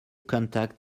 contact